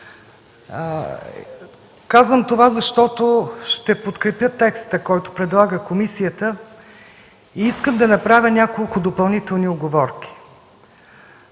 Казвам това, защото ще подкрепя текста, който предлага комисията и искам да направя няколко допълнителни уговорки.